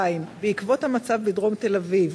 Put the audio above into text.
2. בעקבות המצב בדרום תל-אביב,